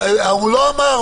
הוא לא אמר.